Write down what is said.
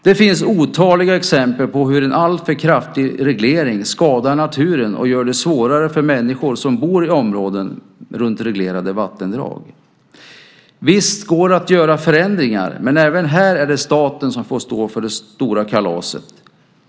Det finns otaliga exempel på hur en alltför kraftig reglering skadar naturen och gör det svårare för människor som bor i områden runt reglerade vattendrag. Visst går det att göra förändringar, men även här är det staten som får stå för det stora kalaset.